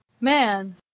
Man